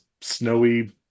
snowy